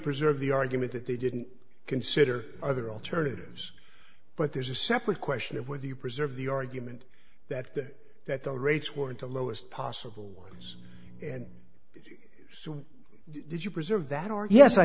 preserve the argument that they didn't consider other alternatives but there's a separate question of whether you preserve the argument that that that the rates were to lowest possible ones and did you preserve that or yes i